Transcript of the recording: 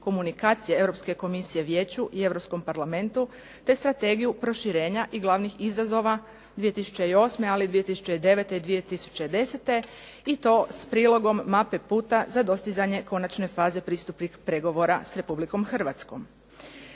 komunikacije Europske Komisije Vijeću i Europskom Parlamentu te strategiju proširenja i glavnih izazova 2008., ali i 2009. i 2010. i s prilogom mape puta za dostizanje konačne faze pristupnih pregovora s Republikom Hrvatskom.